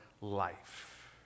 life